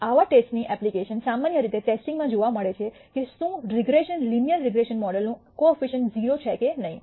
આવી ટેસ્ટ ની એપ્લિકેશન સામાન્ય રીતે ટેસ્ટિંગમાં જોવા મળે છે કે શું રીગ્રેસન લિનીઅર રીગ્રેસન મોડેલનું કોઅફિશન્ટ 0 છે કે નહીં